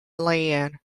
land